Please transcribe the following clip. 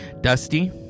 Dusty